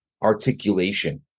articulation